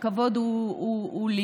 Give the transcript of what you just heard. הכבוד הוא שלי,